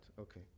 Okay